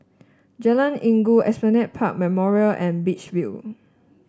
Jalan Inggu Esplanade Park Memorials and Beach View